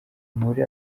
muri